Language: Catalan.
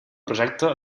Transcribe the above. projecte